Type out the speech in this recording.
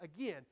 again